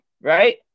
right